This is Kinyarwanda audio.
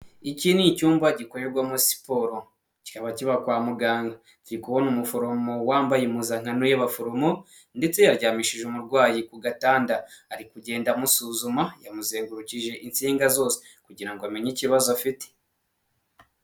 Iki ni icyumba gikorerwamo siporo, kikaba kiba kwa muganga, ndi kubona umuforomo wambaye impuzankano y'abaforomo ndetse yaryamishije umurwayi ku gatanda ari kugenda amusuzuma yamuzengurukije insinga zose, kugira ngo amenye ikibazo afite.